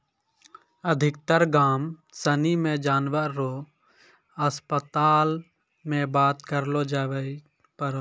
अधिकतर गाम सनी मे जानवर रो अस्पताल मे बात करलो जावै पारै